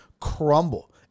crumble